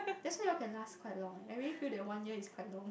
that's why you all can last quite long eh and we feel that one year is quite long